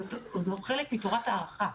זאת חלק מתורת ההערכה,